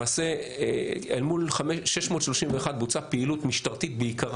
למעשה אל מול 631 בוצעה פעילות משטרתית בעיקרה.